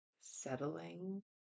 settling